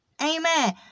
Amen